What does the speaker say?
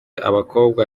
abakobwa